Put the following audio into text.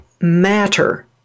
matter